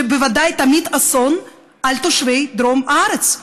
שבוודאי תמיט אסון על תושבי דרום הארץ.